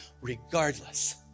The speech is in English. regardless